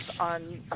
on